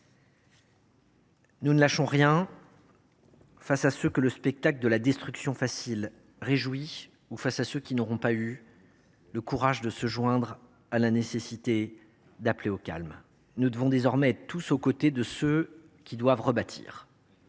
Nous ne lâchons rien face à ceux que le spectacle de la destruction facile réjouit, ou à ceux qui n’auront pas eu le courage de se joindre aux nécessaires appels au calme. Nous devons désormais tous nous tenir aux côtés de ceux qui doivent rebâtir.